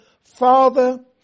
Father